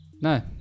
no